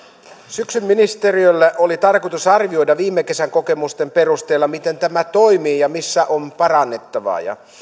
syksyllä ministeriöllä oli tarkoitus arvioida viime kesän kokemusten perusteella miten tämä toimii ja missä on parannettavaa